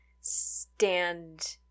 stand